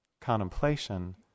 contemplation